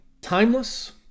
timeless